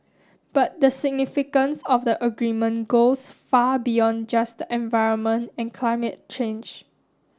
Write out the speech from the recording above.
but the significance of the agreement goes far beyond just the environment and climate change